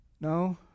No